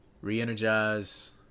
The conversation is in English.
re-energize